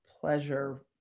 pleasure